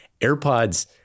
AirPods